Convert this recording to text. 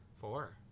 Four